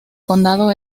condado